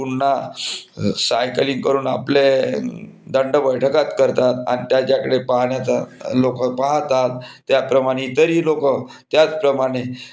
पुन्हा सायकलिंग करून आपले दंड बैठका करतात आणि त्याच्याकडे पाहण्याचा लोक पाहतात त्याप्रमाणे इतरही लोक त्याचप्रमाणे